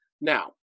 Now